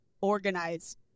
organize